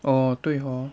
oh 对 hor